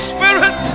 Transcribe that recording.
Spirit